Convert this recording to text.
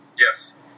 yes